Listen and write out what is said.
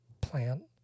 plan